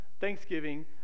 thanksgiving